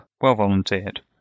Well-volunteered